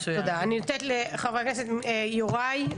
אני נותנת לחבר הכנסת יוראי.